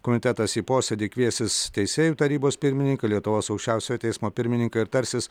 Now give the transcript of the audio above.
komitetas į posėdį kviesis teisėjų tarybos pirmininką lietuvos aukščiausiojo teismo pirmininką ir tarsis